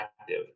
active